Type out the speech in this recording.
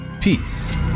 Peace